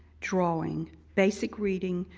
drawing, basic reading,